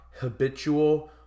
habitual